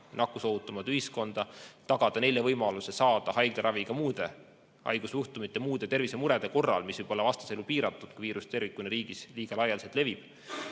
nakkusohutumat ühiskonda, tagada neile võimaluse saada haiglaravi ka muude haigusjuhtumite, muude tervisemurede korral, mis võib olla piiratud, kui viirus tervikuna riigis liiga laialdaselt levib